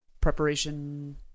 Preparation